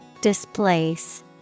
Displace